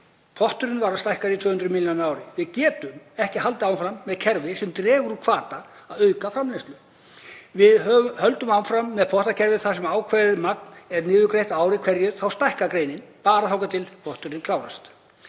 Potturinn var stækkaður í 200 milljónir á ári. Við getum ekki haldið áfram með kerfi sem dregur úr hvata til að auka framleiðslu. Við höldum áfram með pottakerfi þar sem ákveðið magn er niðurgreitt á ári hverju. Þá stækkar greinin bara þangað til potturinn klárast.